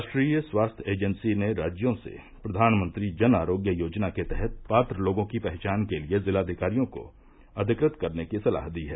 राष्ट्रीय स्वास्थ्य एजेंसी ने राज्यों से प्रधानमंत्री जन आरोग्य योजना के तहत पात्र लोगों की पहचान के लिए जिलाधिकारियों को अधिकृत करने की सलाह दी है